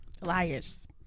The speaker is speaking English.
Liars